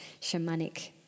shamanic